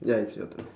ya it's your